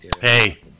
Hey